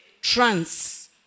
Trans